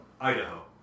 Idaho